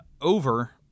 over